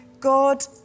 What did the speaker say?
God